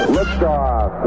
Liftoff